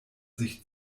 sich